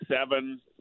seven